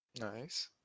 Nice